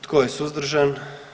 Tko je suzdržan?